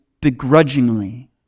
begrudgingly